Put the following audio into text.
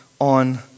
on